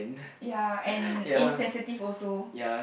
ya and insensitive also